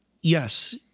yes